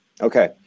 Okay